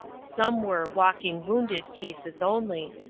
some were walk ing wounded cases only,